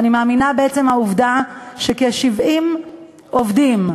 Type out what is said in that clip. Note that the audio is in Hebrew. אני מאמינה בעצם העובדה שכ-70 עובדים,